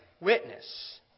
witness